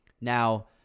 Now